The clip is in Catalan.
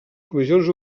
comissions